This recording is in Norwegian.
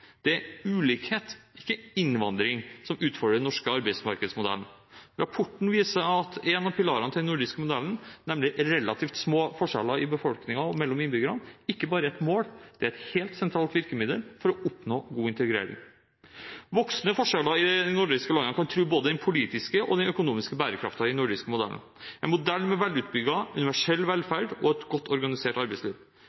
det er ulikhet, ikke innvandring, som utfordrer den norske arbeidsmarkedsmodellen. Rapporten viser at en av pilarene til den nordiske modellen, nemlig relativt små forskjeller i befolkningen og mellom innbyggerne ikke bare er et mål; det er et helt sentralt virkemiddel for å oppnå god integrering. Voksende forskjeller i de nordiske landene kan true både den politiske og den økonomiske bærekraften i den nordiske modellen, en modell med velutbygd, universell